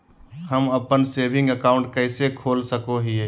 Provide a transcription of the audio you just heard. हम अप्पन saving account कइसे खोल सको हियै?